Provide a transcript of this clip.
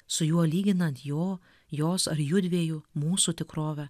su juo lyginant jo jos ar jųdviejų mūsų tikrovę